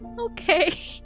Okay